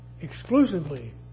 exclusively